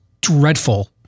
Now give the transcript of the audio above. dreadful